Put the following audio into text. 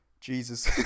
Jesus